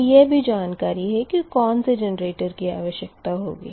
और यह भी जानकारी है के कौन से जेनरेटर की आवश्यकता होगी